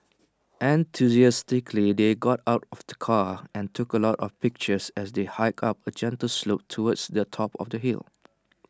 enthusiastically they got out of the car and took A lot of pictures as they hiked up A gentle slope towards the top of the hill